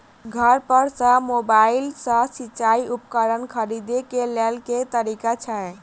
घर पर सऽ मोबाइल सऽ सिचाई उपकरण खरीदे केँ लेल केँ तरीका छैय?